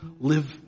live